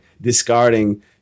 discarding